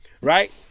right